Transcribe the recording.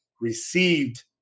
received